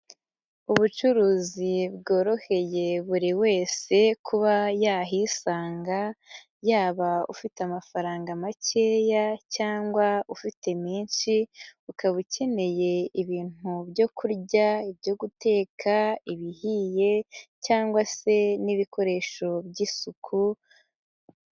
Ubucuruzi bworoheye buri wese kuba yahisanga, yaba ufite amafaranga makeya cyangwa ufite menshi, ukaba ukeneye ibintu byo kurya, ibyo guteka, ibihiye cyangwa se n'ibikoresho by'isuku.